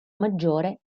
maggiore